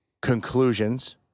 conclusions